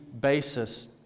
basis